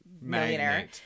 millionaire